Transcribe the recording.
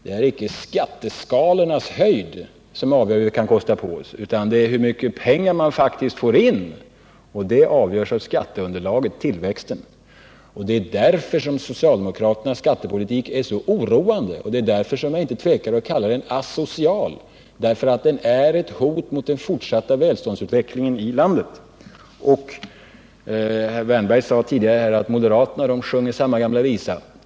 Det är inte skatteskalornas höjd som avgör vad vi kan kosta på oss utan hur mycket pengar vi faktiskt får in, och det avgörs av skatteunderlaget och tillväxten. Därför är socialdemokraternas skattepolitik så oroande, och därför tvekar jag inte att kalla den asocial. Den är ett hot mot den fortsatta välståndsutvecklingen i landet. Herr Wärnberg sade tidigare att moderaterna sjunger samma gamla visa.